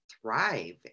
thrive